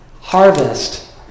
harvest